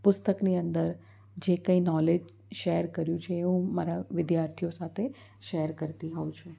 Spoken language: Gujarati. પુસ્તકની અંદર જે કંઈ નોલેજ શેર કર્યું છે એ હું મારા વિદ્યાર્થીઓ સાથે શેર કરતી હોઉ છું